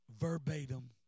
verbatim